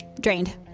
drained